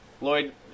Lloyd